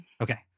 Okay